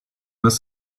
must